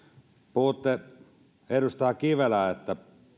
puhuitte edustaja kivelä että